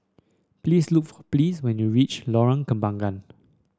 please look for Pleas when you reach Lorong Kembangan